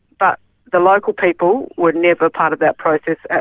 but the local people were never part of that process,